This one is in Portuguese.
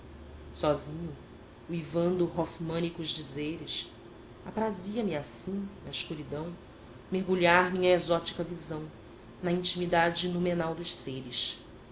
sozinho uivando hoffmânicos dizeres aprazia me assim na escuridão mergulhar minha exótica visão na intimidade noumenal dos seres